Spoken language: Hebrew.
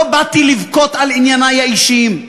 לא באתי לבכות על ענייניי האישיים.